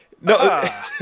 No